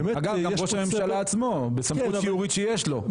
אגב, גם ראש הממשלה עצמו, בסמכות שיורית שיש לו.